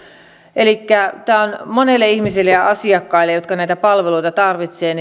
elikkä tämä on monelle ihmiselle ja asiakkaalle jotka näitä palveluita tarvitsevat